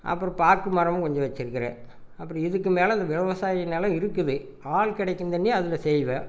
அப்புறம் பாக்கு மரமும் கொஞ்சம் வச்சிருக்கிறேன் அப்படி இதுக்கு மேல் விவசாயி நிலம் இருக்குது ஆள் கிடக்கும் தண்ணி அதில் செய்வேன்